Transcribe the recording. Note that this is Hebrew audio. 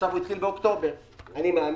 ועכשיו הוא התחיל באוקטובר בחודש